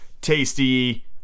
tasty